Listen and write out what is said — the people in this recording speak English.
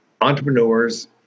entrepreneurs